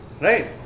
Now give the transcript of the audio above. right